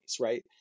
right